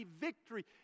victory